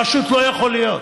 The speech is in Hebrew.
פשוט לא יכול להיות,